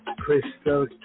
Crystal